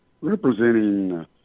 representing